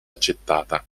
accettata